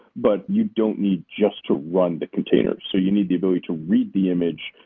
but you don't need just to run the container. so you need the ability to read the image,